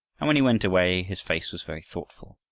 and when he went away his face was very thoughtful.